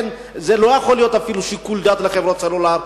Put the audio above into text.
לא יכול להיות אפילו שיקול דעת לחברות הסלולר.